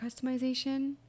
customization